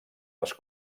les